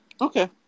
Okay